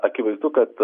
akivaizdu kad